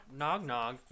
Nognog